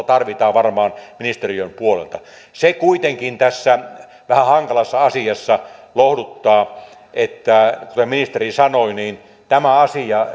tarvitaan varmaan luovuutta ministeriön puolelta se kuitenkin tässä vähän hankalassa asiassa lohduttaa että kuten ministeri sanoi tämä asia